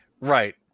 Right